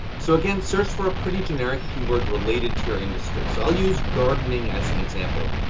so again search for a pretty generic keyword related to your industry. so i'll use gardening as an example.